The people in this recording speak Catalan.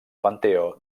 panteó